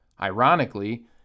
Ironically